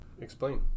Explain